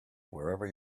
wherever